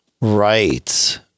Right